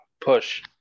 push